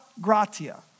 Gratia